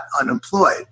unemployed